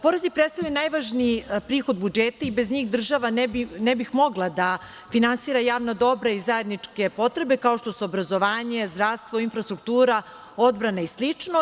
Porezi predstavljaju najvažniji prihod budžeta i bez njih država ne bi mogla da finansira javna dobra i zajedničke potrebe, kao što su obrazovanje, zdravstvo, infrastruktura, odbrana i slično.